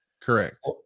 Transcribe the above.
Correct